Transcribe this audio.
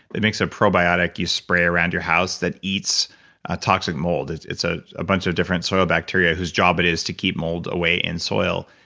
it makes a probiotic you spray around your house that eats ah toxic molds. it's it's a a bunch of different soil bacteria whose job it is to keep mold away in soil.